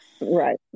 right